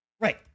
Right